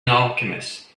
alchemist